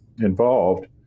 involved